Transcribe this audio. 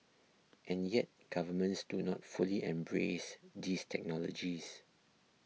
and yet governments do not fully embrace these technologies